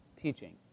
teaching